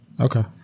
okay